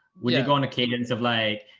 would they go on a cadence of like,